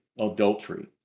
adultery